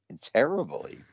terribly